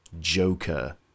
Joker